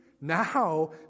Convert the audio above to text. now